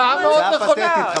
הצעה מאוד נכונה.